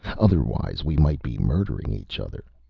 otherwise we might be murdering each other.